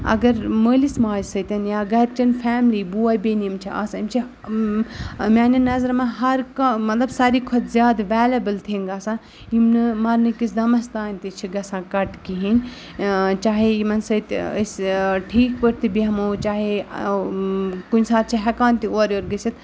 اگر مٲلِس ماجہِ سۭتۍ یا گَرِچَن فیملی بوے بیٚنہِ یِم چھِ آسان یِم چھِ میٛانٮ۪ن نظرَن منٛز ہرکانٛہہ مطلب ساروی کھۄتہٕ زیادٕ ویلیبٕل تھِنٛگ آسان یِم نہٕ مَرنٕکِس دَمَس تانۍ تہِ چھِ گژھان کَٹ کِہیٖنۍ چاہے یِمَن سۭتۍ أسۍ ٹھیٖک پٲٹھۍ تہِ بیٚہمو چاہے کُنہِ ساتہٕ چھِ ہٮ۪کان تہِ اورٕ یورٕ گٔژھِتھ